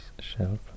shelf